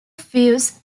fuze